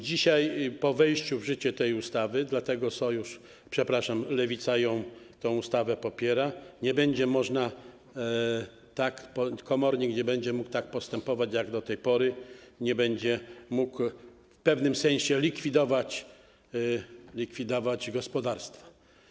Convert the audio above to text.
Dzisiaj, po wejściu w życie tej ustawy - dlatego Sojusz, przepraszam, Lewica tę ustawę popiera - nie będzie można, komornik nie będzie mógł postępować tak jak do tej pory, nie będzie mógł w pewnym sensie likwidować gospodarstwa.